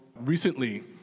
recently